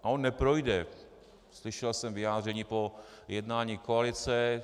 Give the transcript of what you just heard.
A on neprojde, slyšel jsem vyjádření po jednání koalice.